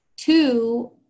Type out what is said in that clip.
two